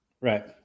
Right